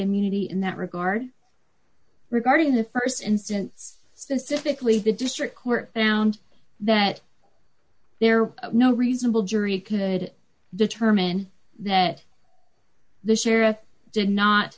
immunity in that regard regarding the st instance specifically the district court found that there are no reasonable jury could determine that the sheriff did not